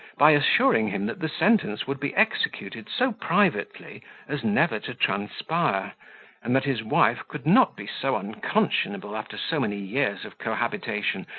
by assuring him that the sentence would be executed so privately as never to transpire and that his wife could not be so unconscionable, after so many years of cohabitation,